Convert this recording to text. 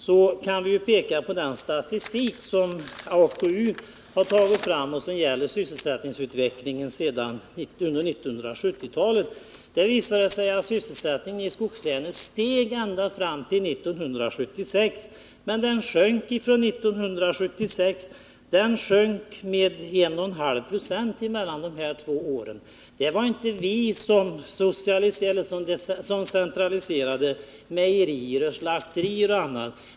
Då kan vi peka på den statistik som AKU tagit fram och som gäller sysselsättningsutvecklingen under 1970-talet. Det visar sig att sysselsättningen i skogslänen steg ända fram till 1976, men den sjönk ifrån 1976 med 1,5 90 på två år. Det var inte vi som centraliserade mejerier och slakterier.